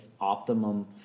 optimum